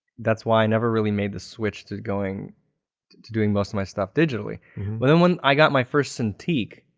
that's why i never really made the switch to going to doing most of my stuff digitally. but then when i got my first cintiq,